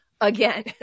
again